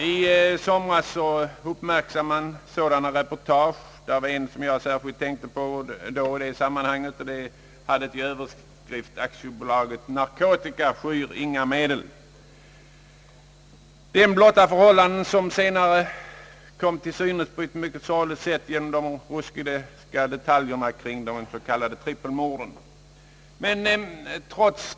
I somras gjorde en tidning här i Stockholm vissa avslöjanden under rubriken »AB Narkotika skyr inga medel». I artikeln blottades förhållanden som några månader senare blev än mer drastiskt och på ett mycket sorgligt sätt belysta genom de ruskiga detaljerna kring de s.k. trippelmorden.